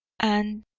and,